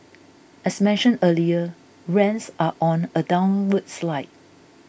as mentioned earlier rents are on a downward slide